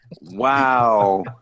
Wow